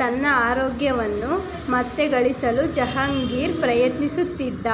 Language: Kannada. ತನ್ನ ಆರೋಗ್ಯವನ್ನು ಮತ್ತೆ ಗಳಿಸಲು ಜಹಾಂಗೀರ್ ಪ್ರಯತ್ನಿಸುತ್ತಿದ್ದ